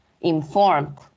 informed